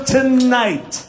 Tonight